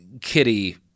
Kitty